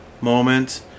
moment